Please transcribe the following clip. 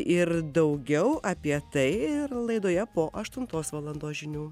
ir daugiau apie tai ir laidoje po aštuntos valandos žinių